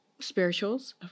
spirituals